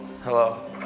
hello